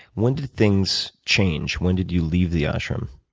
when did things change? when did you leave the ashram?